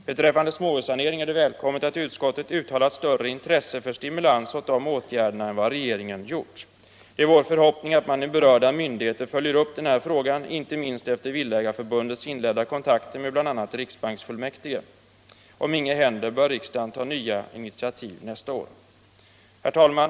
Beträffande småhussanering är det välkommet att utskottet uttalat större intresse för stimulans åt de åtgärderna än vad regeringen gjort. Det är vår förhoppning att man i berörda myndigheter följer upp den här frågan, inte minst efter Villaägareförbundets inledda kontakter med bl.a. riksbanksfullmäktige. Om inget händer bör riksdagen ta nya initiativ nästa år. Herr talman!